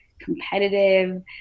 competitive